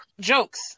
jokes